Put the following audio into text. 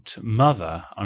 mother